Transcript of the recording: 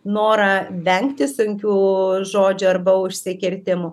norą vengti sunkių žodžių arba užsikirtimų